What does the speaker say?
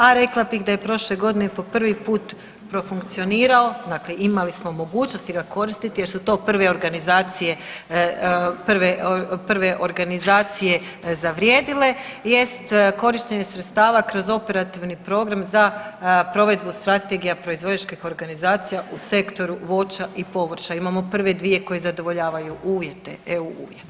A rekla bih da je prošle godine po prvi put profunkcionirao, dakle imali smo mogućnosti ga koristiti jer su to prve organizacije zavrijedile jest korištenje sredstava kroz Operativni program za provedbu strategija proizvođačkih organizacija u sektoru voća i povrća, imamo prve dvije koje zadovoljavaju uvjete, eu uvjete.